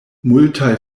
multaj